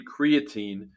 creatine